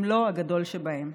אם לא הגדול שבהם.